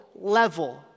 level